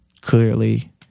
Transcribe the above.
clearly